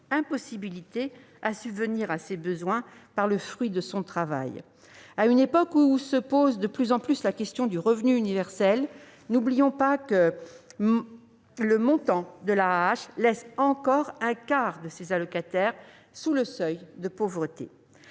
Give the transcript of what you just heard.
quasi-impossibilité de subvenir à ses besoins grâce aux fruits de son travail. À une époque où s'impose de plus en plus le sujet du revenu universel, n'oublions pas que le montant de l'AAH laisse encore un quart de ses allocataires sous le seuil de pauvreté.